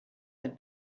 had